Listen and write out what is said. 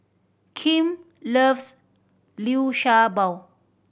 Kim loves Liu Sha Bao